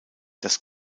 das